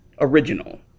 original